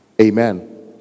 Amen